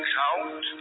count